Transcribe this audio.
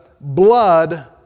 blood